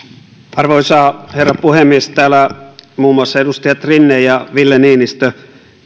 arvoisa herra puhemies täällä muun muassa edustajat rinne ja ville niinistö